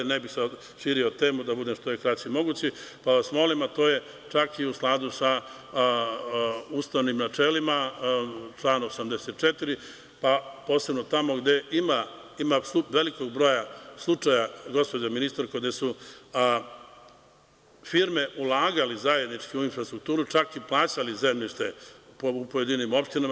Ne bih sada širio temu, da budem što je kraće mogući, pa vas molim, a to je čak i u skladu sa ustavnim načelima, član 84, posebno tamo gde ima veliki broj slučajeva gde su firme ulagali zajednički u infrastrukturu, čak i plaćali zemljište u pojedinim opštinama.